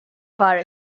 fire